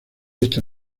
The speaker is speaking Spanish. esta